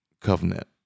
covenant